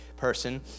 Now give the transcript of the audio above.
Person